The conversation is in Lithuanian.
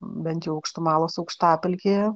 bent jau aukštumalos aukštapelkėje